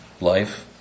life